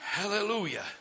Hallelujah